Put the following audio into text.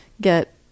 get